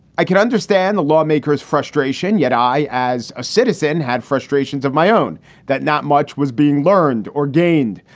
i can understand the lawmakers frustration yet. i, as a citizen, had frustrations of my own that not much was being learned or gained.